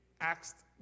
asked